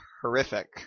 horrific